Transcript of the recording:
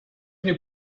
knew